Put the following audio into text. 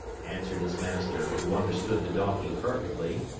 answered his master, who understood the donkey perfectly.